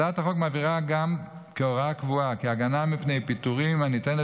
הצעת החוק מבהירה גם כהוראה קבועה כי הגנה מפני פיטורין הניתנת